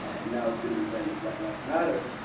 and now it's been rebranded as black lives matter.